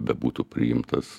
bebūtų priimtas